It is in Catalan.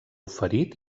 ferit